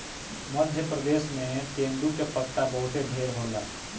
मध्य प्रदेश में तेंदू के पत्ता बहुते ढेर होला